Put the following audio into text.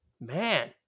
Man